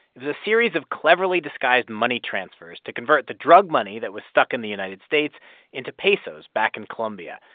it was a series of cleverly disguised money transfers to convert the drug money that was stuck in the united states into pesos back in colombia.